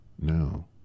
now